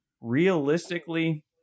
Realistically